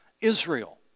Israel